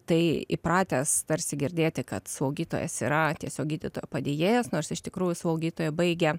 tai įpratęs tarsi girdėti kad slaugytojas yra tiesiog gydytojo padėjėjas nors iš tikrųjų slaugytojai baigę